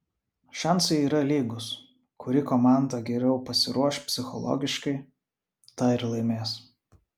šansai yra lygūs kuri komanda geriau pasiruoš psichologiškai ta ir laimės